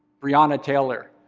breonna taylor,